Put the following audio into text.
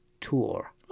tour